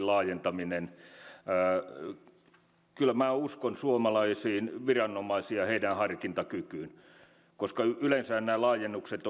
laajentaminen kyllä minä uskon suomalaisiin viranomaisiin ja heidän harkintakykyynsä koska yleensä nämä laajennukset